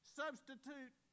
substitute